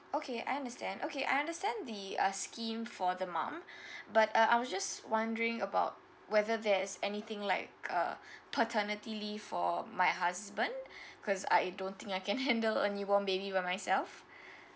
okay I understand okay I understand the uh scheme for the mum but uh I was just wondering about whether there's anything like uh paternity leave for my husband cause I don't think I can handle a newborn baby by myself